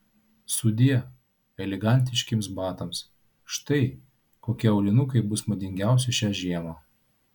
sudie elegantiškiems batams štai kokie aulinukai bus madingiausi šią žiemą